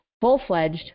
full-fledged